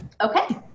okay